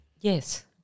Yes